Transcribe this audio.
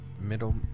middle